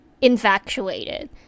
infatuated